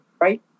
right